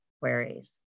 queries